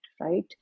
right